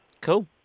Cool